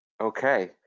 Okay